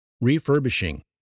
Refurbishing